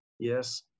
Yes